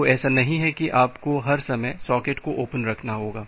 तो ऐसा नहीं है कि आपको हर समय सॉकेट को ओपन रखना होगा